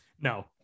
No